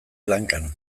lankan